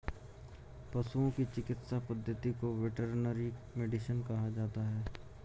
पशुओं की चिकित्सा पद्धति को वेटरनरी मेडिसिन कहा जाता है